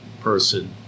person